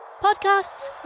podcasts